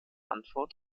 antwort